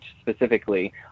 specifically